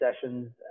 sessions